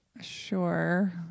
Sure